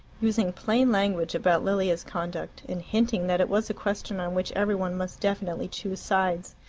using plain language about lilia's conduct, and hinting that it was a question on which every one must definitely choose sides.